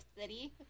City